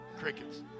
Crickets